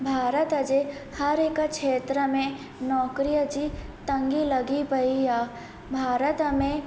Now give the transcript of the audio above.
भारत जे हर हिक क्षेत्र में नौकरीअ जी तंगी लॻी पई आहे भारत में